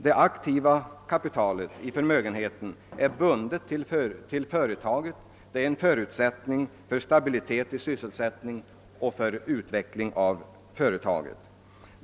Det aktiva kapitalet i förmögenheten är bundet till företaget; att det behålles där är en förutsättning för stabilitet och sysselsättning och för vidare utveckling av företaget.